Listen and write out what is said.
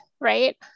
right